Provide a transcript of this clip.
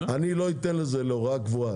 אני לא אתן לזה הוראה קבועה.